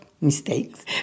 mistakes